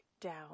down